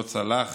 לא צלח